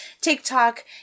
TikTok